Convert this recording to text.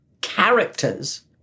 characters